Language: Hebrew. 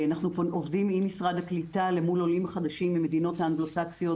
אנחנו עובדים עם משרד הקליטה למול עולים חדשים ממדינות אנגלוסקסיות